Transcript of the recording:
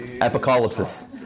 Apocalypse